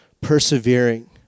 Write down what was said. persevering